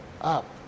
up